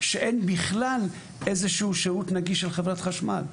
שאין בכלל איזה שהוא שירות נגיש של חב' חשמל.